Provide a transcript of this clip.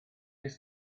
est